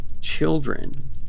children